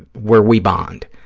where we bond,